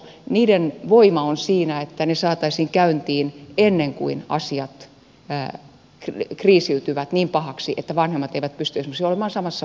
niiden voima on siinä että ne saataisiin käyntiin ennen kuin asiat kriisiytyvät niin pahaksi että vanhemmat eivät pysty esimerkiksi olemaan samassa huoneessa